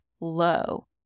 low